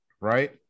right